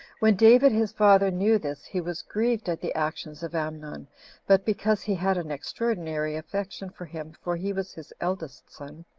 when david his father knew this, he was grieved at the actions of amnon but because he had an extraordinary affection for him, for he was his eldest son,